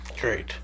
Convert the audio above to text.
Great